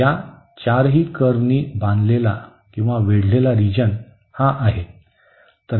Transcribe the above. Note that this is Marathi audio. तर या चारही कर्व्हनी वेढलेला रिजन हा आहे